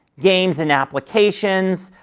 games and applications,